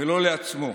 ולא לעצמו.